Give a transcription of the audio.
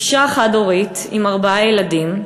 אישה חד-הורית עם ארבעה ילדים,